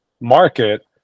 market